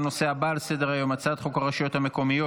12 בעד, אין מתנגדים, אין נמנעים.